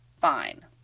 fine